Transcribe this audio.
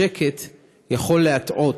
השקט יכול להטעות,